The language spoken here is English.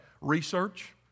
research